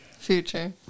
Future